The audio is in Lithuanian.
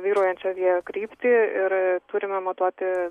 vyraujančio vėjo kryptį ir turime matuoti